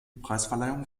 preisverleihung